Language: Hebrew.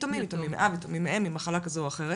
יתומים מאב, יתומים מאם, ממחלה כזאת או אחרת.